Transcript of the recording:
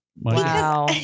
wow